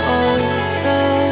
over